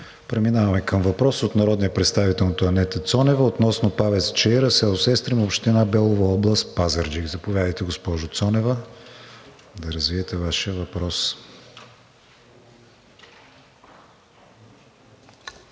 Преминаваме към въпрос от народния представител Антоанета Цонева относно ПАВЕЦ „Чаира“, село Сестримо, община Белово, област Пазарджик. Заповядайте, госпожо Цонева, да развиете Вашия въпрос.